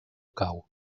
cau